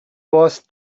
was